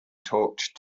talked